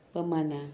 per month ah